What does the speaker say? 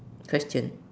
question